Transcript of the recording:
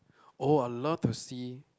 oh I love to see